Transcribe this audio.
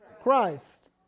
Christ